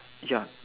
ya